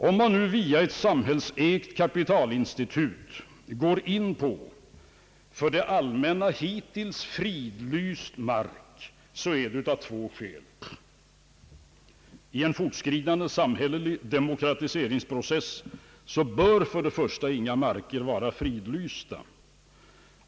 Om man nu via ett samhällsägt kapitalinstitut går in på för det allmänna hittills fridlyst mark, så är det av två skäl. I en fortskridande samhällelig demokratiseringsprocess bör inga marker vara fridlysta.